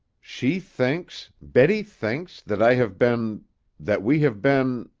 she thinks, betty thinks, that i have been that we have been?